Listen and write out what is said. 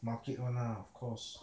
market [one] lah of course